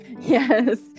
yes